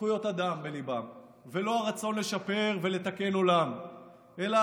זכויות אדם בליבם ולא הרצון לשפר ולתקן עולם אלא